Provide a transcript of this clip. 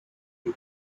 for